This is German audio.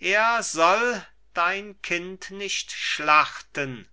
er soll dein kind nicht schlachten